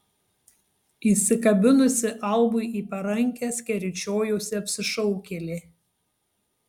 įsikabinusi albui į parankę skeryčiojosi apsišaukėlė